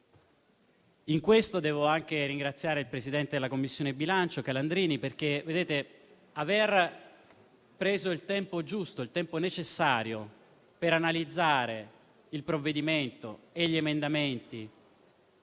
Per questo devo anche ringraziare il presidente della Commissione bilancio Calandrini, perché aver preso il tempo giusto, necessario per analizzare il provvedimento e gli emendamenti,